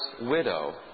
widow